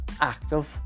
active